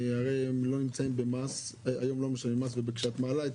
הרי היום הם לא משלמים מס וכשאת מעלה את